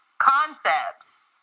concepts